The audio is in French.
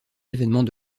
événements